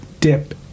dip